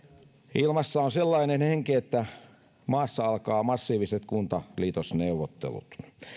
ilmassa on sellainen henki että maassa alkavat massiiviset kuntaliitosneuvottelut